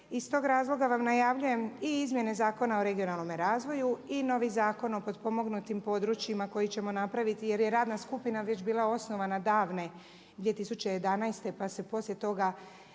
iz tog razloga vam najavljujem i izmjene Zakona o regionalnome razvoju i novi Zakon o potpomognutim područjima koji ćemo napraviti jer je radna skupina već bila osnovana davne 2011. pa se poslije toga